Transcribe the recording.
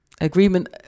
agreement